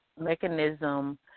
mechanism